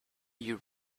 you